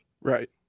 Right